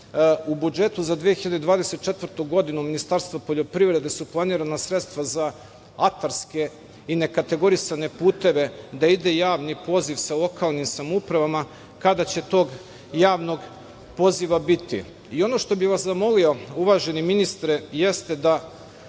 u budžetu za 2024. godine Ministarstva poljoprivrede su planirana sredstva za atarske i nekategorisane puteve, da ide javni poziv sa lokalnim samoupravama, kada će tog javnog poziva biti? Ono što bih vas zamolio, uvaženi ministre, jeste da